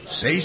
say